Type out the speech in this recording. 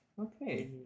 Okay